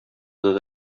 tot